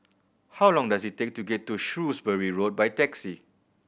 how long does it take to get to Shrewsbury Road by taxi